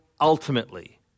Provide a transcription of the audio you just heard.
ultimately